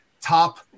top